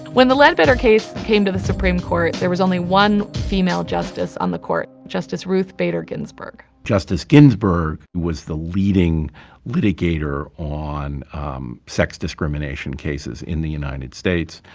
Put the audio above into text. when the ledbetter case came to the supreme court there was only one female justice on the court, justice ruth bader ginsburg. justice ginsburg was the leading litigator on sex discrimination cases in the united states.